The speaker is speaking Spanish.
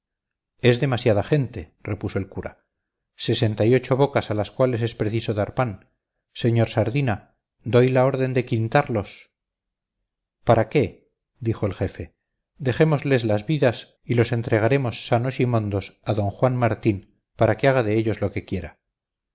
es demasiada gente repuso el cura sesenta y ocho bocas a las cuales es preciso dar pan señor sardina doy la orden de quintarlos para qué dijo el jefe dejémosles las vidas y los entregaremos sanos y mondos a d juan martín para que haga de ellos lo que quiera